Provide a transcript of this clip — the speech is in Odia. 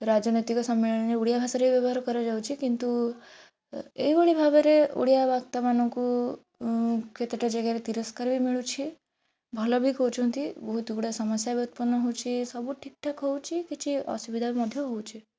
ରାଜନୈତିକ ସମ୍ମିଳନୀରେ ଓଡ଼ିଆ ଭାଷାରେ ବ୍ୟବହାର କରାଯାଉଛି କିନ୍ତୁ ଏଇଭଳି ଭାବରେ ଓଡ଼ିଆ ବକ୍ତା ମାନଙ୍କୁ କେତେଟା ଜାଗାରେ ତିରସ୍କାର ବି ମିଳୁଛି ଭଲ ବି କହୁଛନ୍ତି ବହୁତ ଗୁଡ଼ା ସମସ୍ୟା ବି ଉତ୍ପନ୍ନ ହେଉଛି ସବୁ ଠିକ ଠାକ ହେଉଛି କିଛି ଅସୁବିଧା ମଧ୍ୟ ହେଉଛି